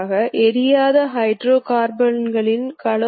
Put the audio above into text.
K மற்றும் KE இரண்டு முனைப்புள்ளிகளைக் கொடுக்கும்